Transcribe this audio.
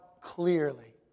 clearly